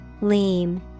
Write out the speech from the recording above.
Lean